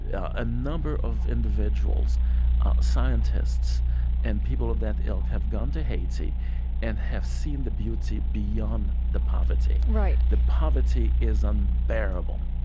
a number of individuals scientists and people of that ilk have gone to haiti and have seen the beauty beyond the poverty right the poverty is unbearable.